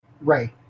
right